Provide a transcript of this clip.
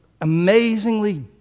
amazingly